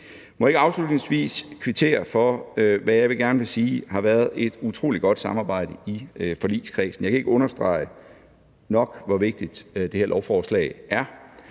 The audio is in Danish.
jeg ikke afslutningsvis kvittere for det, som jeg må sige har været et utrolig godt samarbejde i forligskredsen. Jeg kan ikke understrege nok, hvor vigtigt det her lovforslag er.